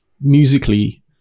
musically